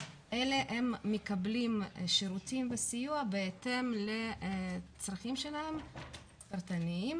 אלא הם מקבלים שירותים וסיוע בהתאם לצרכים שלהם הפרטניים